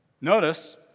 Notice